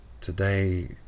today